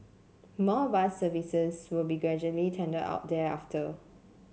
more bus services will be gradually tendered out thereafter